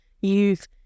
youth